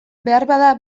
beharbada